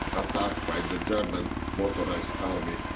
attack by the german motorized army,